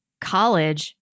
college